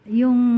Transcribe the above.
yung